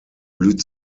blüht